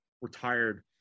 retired